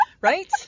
Right